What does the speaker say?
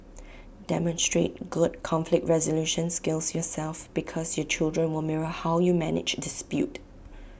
demonstrate good conflict resolution skills yourself because your children will mirror how you manage dispute